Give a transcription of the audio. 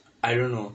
I don't know